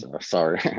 Sorry